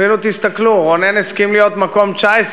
אפילו תסתכלו, רונן הסכים להיות מקום 19,